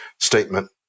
statement